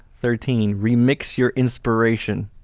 thirteen, remix your inspiration.